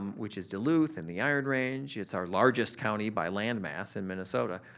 which is duluth and the iron range, it's our largest county by land mass in minnesota.